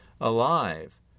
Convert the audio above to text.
alive